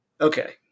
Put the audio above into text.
Okay